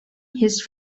his